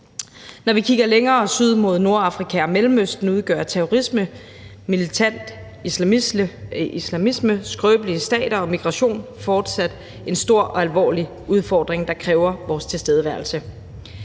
Når vi kigger længere mod syd mod Nordafrika og Mellemøsten, udgør terrorisme, militant islamisme, skrøbelige stater og migration fortsat en stor og alvorlig udfordring, der kræver vores tilstedeværelse.